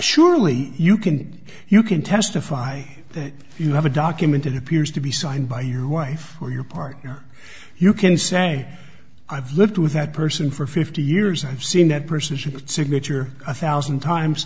surely you can you can testify that you have a document it appears to be signed by your wife or your partner you can say i've lived with that person for fifty years and i've seen that person should signature a thousand times